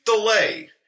delay